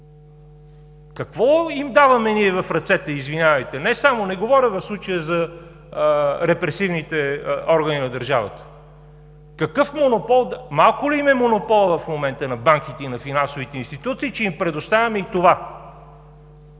Какво им даваме ние в ръцете, извинявайте? Не говоря в случая за репресивните органи на държавата. Малко ли им е монополът в момента на банките и на финансовите институции, че им предоставяме и това